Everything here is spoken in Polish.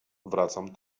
wracam